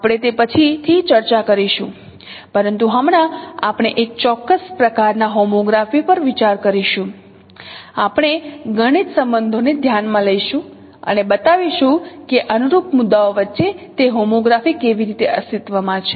આપણે તે પછીથી ચર્ચા કરીશું પરંતુ હમણાં આપણે એક ચોક્કસ પ્રકારનાં હોમોગ્રાફી પર વિચાર કરીશું આપણે ગણિત સંબંધોને ધ્યાનમાં લઈશું અને બતાવીશું કે અનુરૂપ મુદ્દાઓ વચ્ચે તે હોમોગ્રાફી કેવી રીતે અસ્તિત્વમાં છે